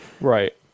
Right